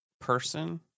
Person